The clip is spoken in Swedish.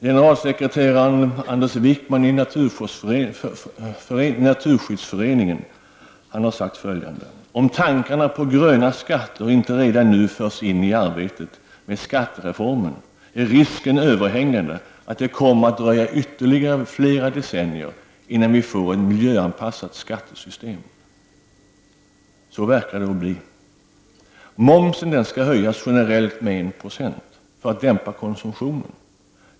Generalsekreteraren i Svenska naturskyddsföreningen Anders Wijkman har sagt följande: Om tankarna på ”gröna” skatter inte redan nu förs in i arbetet med skattereformen är risken överhängande att det kommer att dröja ytterligare flera decennier innan vi får ett miljöanpassat skattesystem. Så verkar det bli. Momsen skall höjas generellt med 1 96 för att dämpa konsumtionen.